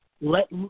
let